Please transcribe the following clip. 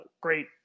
great